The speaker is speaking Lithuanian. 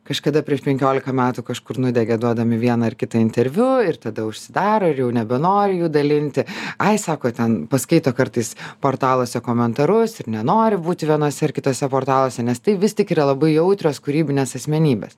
kažkada prieš penkiolika metų kažkur nudegė duodami vieną ar kitą interviu ir tada užsidaro ir jau nebenori jų dalinti ai sako ten paskaito kartais portaluose komentarus ir nenori būti vienuose ar kituose portaluose nes tai vis tik yra labai jautrios kūrybinės asmenybės